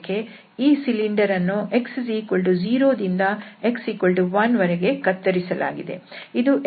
ಈ ಸಿಲಿಂಡರ್ ಅನ್ನು x0 ದಿಂದ x1 ವರೆಗೆ ಕತ್ತರಿಸಲಾಗಿದೆ